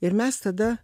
ir mes tada